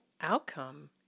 outcome